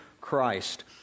Christ